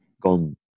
gone